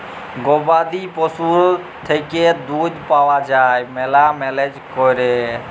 গবাদি পশুর থ্যাইকে দুহুদ পাউয়া যায় ম্যালা ম্যালেজ ক্যইরে